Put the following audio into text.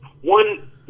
one